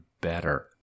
better